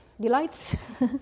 delights